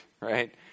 right